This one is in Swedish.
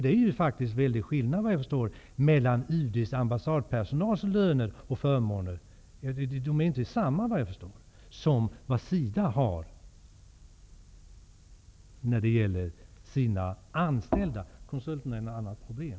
Det är såvitt jag förstår stor skillnad mellan UD:s ambassadpersonals och den anställda Konsulterna är ett annat problem.